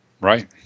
Right